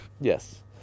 yes